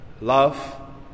love